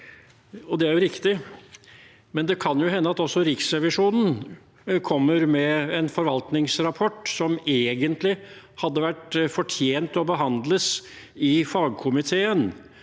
Det er riktig, men det kan jo hende at også Riksrevisjonen kommer med en forvaltningsrapport som egentlig hadde fortjent å bli behandlet i fagkomiteen,